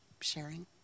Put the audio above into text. sharing